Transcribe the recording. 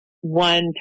one